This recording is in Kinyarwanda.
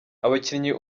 abakinnyi